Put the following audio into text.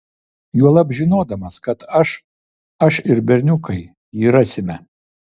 juolab žinodamas kad aš aš ir berniukai jį rasime